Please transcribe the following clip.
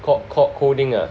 got got coding ah